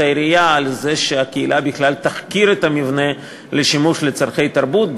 העירייה על זה שהקהילה בכלל תחכיר את המבנה לשימוש לצורכי תרבות,